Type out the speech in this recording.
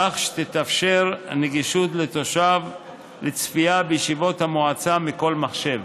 כך שתתאפשר לתושב גישה לצפייה בישיבות המועצה מכל מחשב.